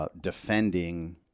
Defending